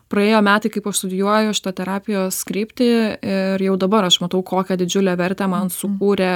praėjo metai kaip aš studijuoju šitą terapijos kryptį ir jau dabar aš matau kokią didžiulę vertę man sukūrė